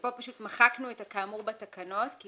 ופה פשוט מחקנו את ה"כאמור בתקנות", כי